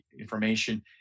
information